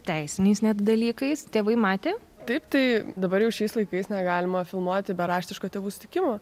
teisiniais dalykais tėvai matė taip tai dabar jau šiais laikais negalima filmuoti be raštiško tėvų sutikimo